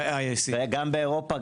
גם באירופה,